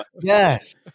yes